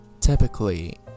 typically